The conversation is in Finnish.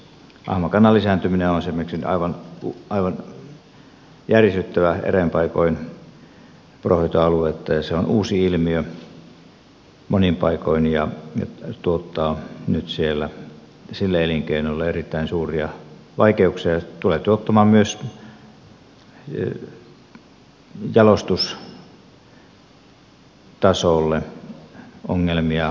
ahmakannan lisääntyminen on esimerkiksi aivan järisyttävää eräin paikoin poronhoitoalueita ja se on uusi ilmiö monin paikoin ja tuottaa nyt siellä sille elinkeinolle erittäin suuria vaikeuksia ja tulee tuottamaan myös jalostustasolle ongelmia ja vähentämään työpaikkoja